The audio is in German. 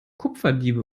kupferdiebe